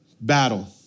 battle